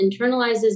internalizes